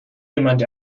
jemand